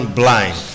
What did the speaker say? blind